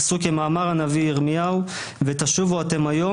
עשו כמאמר הנביא ירמיהו "ותשובו אתם היום